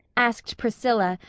asked priscilla,